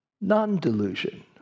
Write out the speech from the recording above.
non-delusion